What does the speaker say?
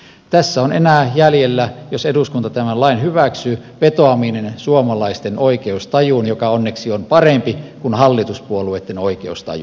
tässä on enää jäljellä jos eduskunta tämän lain hyväksyy vetoaminen suomalaisten oikeustajuun joka onneksi on parempi kuin hallituspuolueitten oikeustaju